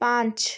پانچ